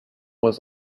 was